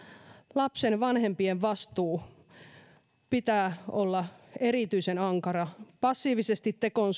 lapsen vanhempien vastuun pitää olla erityisen ankara passiivisesti tekoon